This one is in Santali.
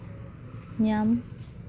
ᱧᱟᱢ